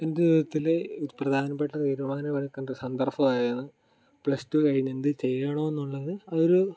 എൻ്റെ ജീവിതത്തിൽ ഒരു പ്രധാനപ്പെട്ട തീരുമാനം എടുക്കേണ്ട സന്ദർഭമായിരുന്നു പ്ലസ് ടു കഴിഞ്ഞ് എന്ത് ചെയ്യണം എന്നുള്ളത് അതൊരു